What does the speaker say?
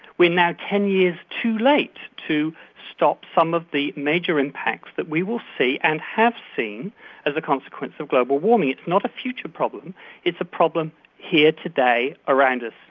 we're now ten years too late to stop some of the major impacts that we will see and have seen as a consequence of global warming. it's not a future problem it's a problem here today around us.